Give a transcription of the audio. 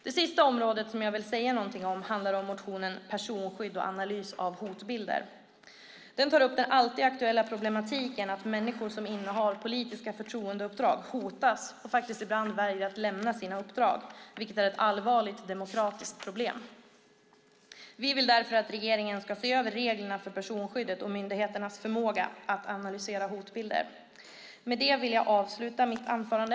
Det sista området jag vill säga någonting om handlar om motionen Personskydd och analys av hotbilder . Den tar upp den alltid aktuella problematiken att människor som innehar politiska förtroendeuppdrag hotas och ibland faktiskt väljer att lämna sina uppdrag, vilket är ett allvarligt demokratiskt problem. Vi vill därför att regeringen ska se över reglerna för personskyddet och myndigheternas förmåga att analysera hotbilder. Med det vill jag avsluta mitt anförande.